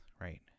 right